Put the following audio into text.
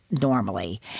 normally